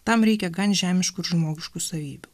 tam reikia gan žemiškų ir žmogiškų savybių